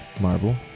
Marvel